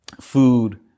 food